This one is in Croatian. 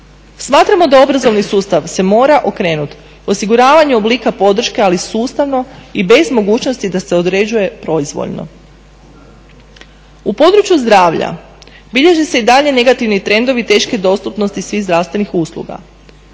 Smatramo da obrazovni sustav se mora okrenuti osiguravanju oblika podrške ali sustavno i bez mogućnosti da se određuje proizvoljno. U području zdravlja bilježi se i dalje negativni trendovi teške dostupnosti svih zdravstvenih usluga.